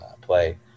play